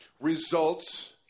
results